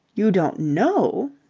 you don't know?